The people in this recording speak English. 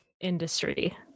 industry